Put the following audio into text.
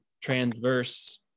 transverse